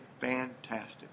fantastic